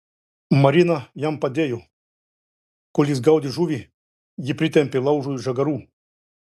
marina jam padėjo kol jis gaudė žuvį ji pritempė laužui žagarų